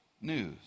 news